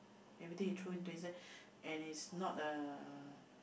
everything you throw into inside and is not a